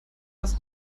das